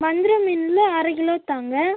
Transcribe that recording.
வஞ்சரம் மீனில் அரை கிலோ தாங்க